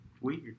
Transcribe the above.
weird